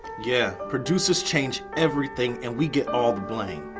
yeah, producers change everything and we get all the blame.